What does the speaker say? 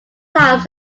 times